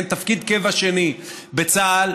תפקיד קבע שני בצה"ל,